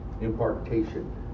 impartation